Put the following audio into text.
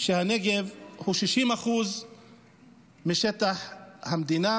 שהנגב הוא 60% משטח המדינה,